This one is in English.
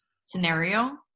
scenario